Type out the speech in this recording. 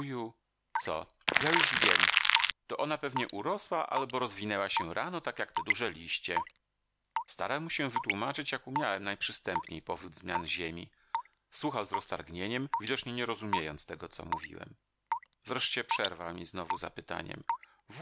co ja już wiem to ona pewnie urosła albo rozwinęła się rano tak jak te duże liście starałem mu się wytłumaczyć jak umiałem najprzystępniej powód zmian ziemi słuchał z roztargnieniem widocznie nie rozumiejąc tego co mówiłem wreszcie przerwał mi znowu zapytaniem